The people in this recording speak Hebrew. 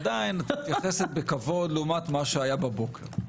עדיין את מתייחסת בכבוד לעומת מה שהיה בבוקר...